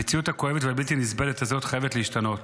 המציאות הכואבת והבלתי-נסבלת הזאת חייבת להשתנות.